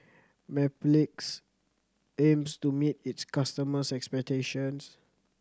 Mepilex aims to meet its customers' expectations